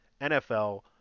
NFL